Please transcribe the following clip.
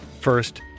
First